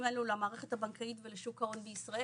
אלו למערכת הבנקאית ולשוק ההון בישראל.